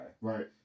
right